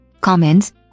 comments